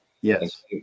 Yes